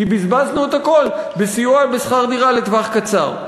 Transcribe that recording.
כי בזבזנו את הכול בסיוע בשכר דירה לטווח קצר.